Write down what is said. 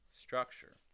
structure